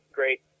great